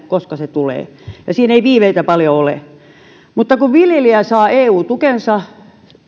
koska se tulee ja siinä ei viiveitä paljon ole mutta kun viljelijä saa eu tukensa